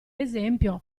esempio